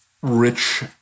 Rich